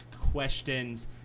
questions